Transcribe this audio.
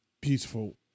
beautiful